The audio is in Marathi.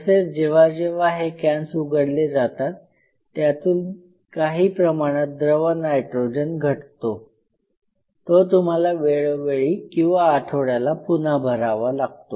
तसेच जेव्हा जेव्हा हे कॅन्स उघडले जातात त्यातून काही प्रमाणात द्रव नायट्रोजन घटतो तो तुम्हाला वेळोवेळी किंवा आठवड्याला पुन्हा भरावा लागतो